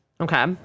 Okay